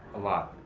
a lot.